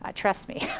ah trust me.